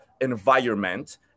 environment